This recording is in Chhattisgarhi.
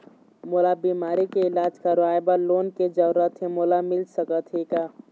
मोला बीमारी के इलाज करवाए बर लोन के जरूरत हे मोला मिल सकत हे का?